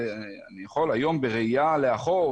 ואני יכול היום בראייה לאחור,